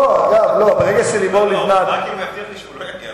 רק אם יבטיח לי שהוא לא יגיע